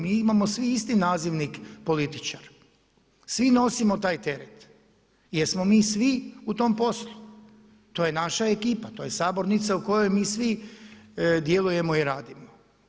Mi imamo svi nazivnik političar, svi nosimo taj teret jer smo mi svi u tom poslu, to je naša ekipa, to je sabornica u kojoj mi svi djelujemo i radimo.